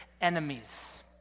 enemies